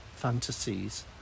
fantasies